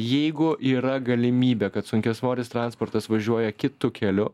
jeigu yra galimybė kad sunkiasvoris transportas važiuoja kitu keliu